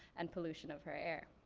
and pollution of her air.